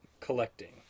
collecting